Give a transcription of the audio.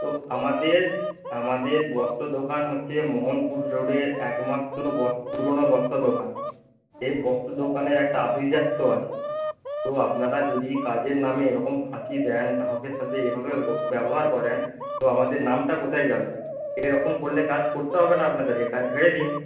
তো আমাদের আমাদের বস্ত্র দোকান হচ্চে মোহনপুর রোডের একমাত্র বস্ত্র পুরনো বস্ত্র দোকান এই বস্ত্র দোকানের একটা আভিজাত্য আছে তো আপনারা যদি কাজের নামে এরকম ফাঁকি দেন গ্রাহকের সাথে এভাবে ব্যবহার করেন তো আমাদের নামটা কোথায় যাবে এরকম করলে কাজ করতে হবে না আপনাদেরকে কাজ ছেড়ে দিন